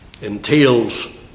entails